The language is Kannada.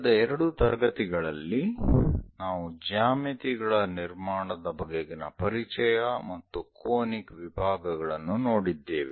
ಕಳೆದ ಎರಡು ತರಗತಿಗಳಲ್ಲಿ ನಾವು ಜ್ಯಾಮಿತಿಗಳ ನಿರ್ಮಾಣದ ಬಗೆಗಿನ ಪರಿಚಯ ಮತ್ತು ಕೋನಿಕ್ ವಿಭಾಗಗಳನ್ನು ನೋಡಿದ್ದೇವೆ